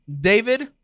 david